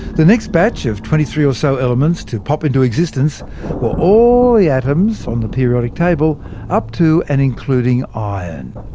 the next batch of twenty three or so elements to pop into existence were all the atoms on the periodic table up to and including iron.